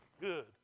good